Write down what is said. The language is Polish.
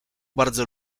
bardzo